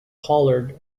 hollered